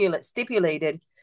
stipulated